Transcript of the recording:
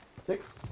Six